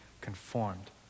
conformed